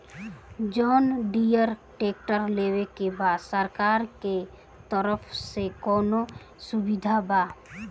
John Deere tractor लेवे के बा सरकार के तरफ से कौनो सुविधा बा?